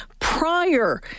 prior